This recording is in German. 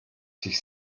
sich